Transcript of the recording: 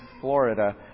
Florida